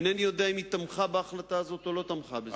אינני יודע אם היא תמכה בהחלטה הזאת או לא תמכה בזה.